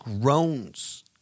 groans